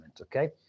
Okay